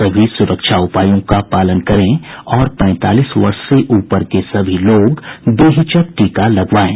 सभी सुरक्षा उपायों का पालन करें और पैंतालीस वर्ष से ऊपर के सभी लोग बेहिचक टीका लगवाएं